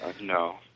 No